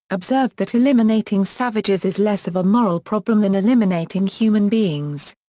observed that eliminating savages is less of a moral problem than eliminating human beings.